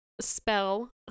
spell